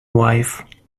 wife